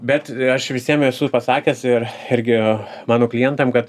bet aš visiem esu pasakęs ir irgi mano klientam kad